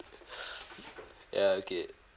ya okay